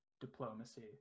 diplomacy